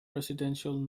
presidential